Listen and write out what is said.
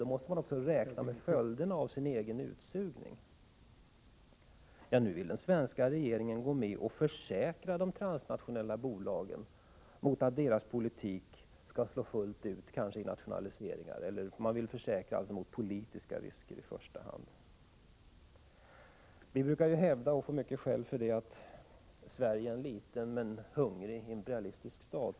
Då måste man också räkna med följderna av sin egen utsugning. Nu vill den svenska regeringen gå med härvidlag och försäkra de transnationella bolagen mot att deras politik skall slå fullt ut och kanske få till följd nationaliseringar. Man vill i första hand försäkra bolagen mot politiska risker. Vi brukar hävda — och få mycket skäll för det uttalandet — att Sverige är en liten men hungrig imperialistisk stat.